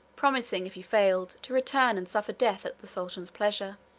promising, if he failed, to return and suffer death at the sultan's pleasure.